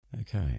Okay